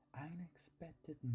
unexpected